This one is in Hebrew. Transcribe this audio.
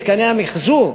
מתקני המיחזור,